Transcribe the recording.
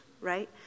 right